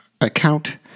account